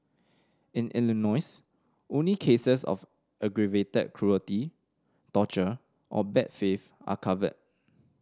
in Illinois only cases of aggravated cruelty torture or bad faith are covered